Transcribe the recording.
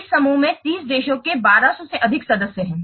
इस समूह में 30 देशों के 1200 से अधिक सदस्य हैं